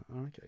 okay